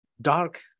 dark